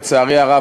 לצערי הרב,